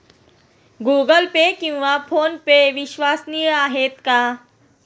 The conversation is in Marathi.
गूगल पे किंवा फोनपे विश्वसनीय आहेत का?